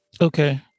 Okay